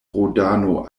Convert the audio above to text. rodano